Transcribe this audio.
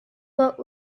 what